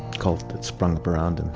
cult it sprung up around? and